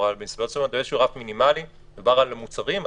כשמדובר על מוצרים,